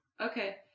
Okay